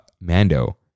Mando